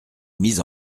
mis